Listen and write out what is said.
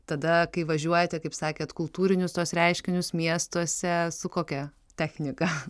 tada kai važiuojate kaip sakėt kultūrinius tuos reiškinius miestuose su kokia technika